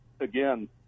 again